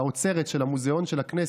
לאוצרת של הכנסת,